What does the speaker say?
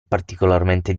particolarmente